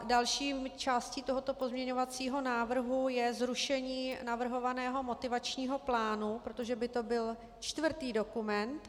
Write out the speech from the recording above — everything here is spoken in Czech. Další částí tohoto pozměňovacího návrhu je zrušení navrhovaného motivačního plánu, protože by to byl čtvrtý dokument.